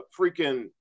freaking